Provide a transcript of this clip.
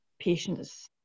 patient's